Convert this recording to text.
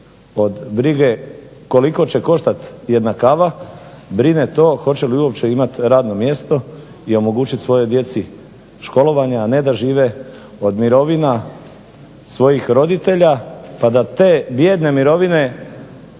od brige koliko će koštati jedna kava brine to hoće li uopće imati radno mjesto i omogućiti svojoj djeci školovanje, a ne da žive od mirovina svojih roditelja pa da te bijedne mirovine